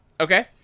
Okay